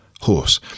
horse